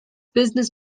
business